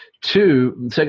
Two